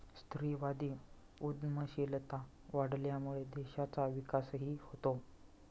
स्त्रीवादी उद्यमशीलता वाढल्यामुळे देशाचा विकासही होतो